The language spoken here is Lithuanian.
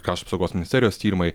krašto apsaugos ministerijos tyrimai